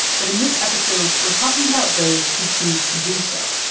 but in this episode, we're talking about those who choose to do so,